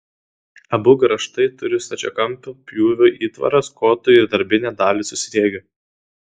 abu grąžtai turi stačiakampio pjūvio įtvaras kotui ir darbinę dalį su sriegiu